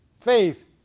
faith